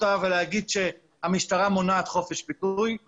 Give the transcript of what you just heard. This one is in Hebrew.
אותה ולהגיד שהמשטרה מונעת חופש ביטוי.